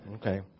Okay